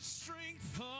Strength